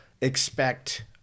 expect